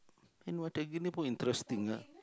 macam gini pun interesting ah